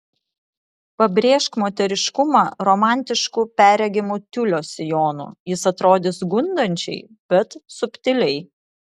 pabrėžk moteriškumą romantišku perregimo tiulio sijonu jis atrodys gundančiai bet subtiliai